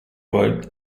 wood